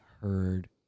heard